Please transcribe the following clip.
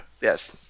Yes